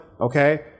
okay